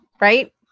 right